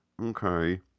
Okay